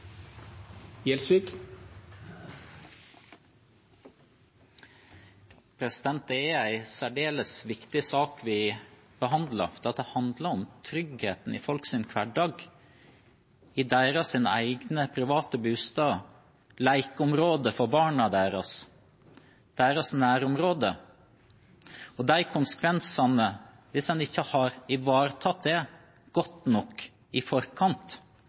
særdeles viktig sak vi behandler. Det handler om tryggheten i folks hverdag, i deres egne private boliger, lekeområder for barna deres, deres nærområde. Hvis en ikke har ivaretatt det godt nok i forkant,